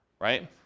right